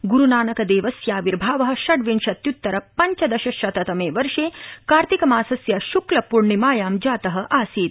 ग्रुनानक देवस्याविर्भाव षड्विंशत्युत्तर पञ्चदश शततमे वर्षे कार्तिकमासस्य श्क्ल पूर्णिमायां जातं आसीत्